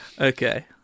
Okay